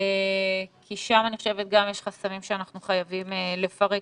כי שם יש חסמים שאנחנו חייבים לפרק,